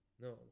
No